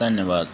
धन्नबाद